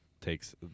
takes